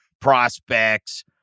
prospects